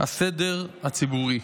הסדר הציבורי,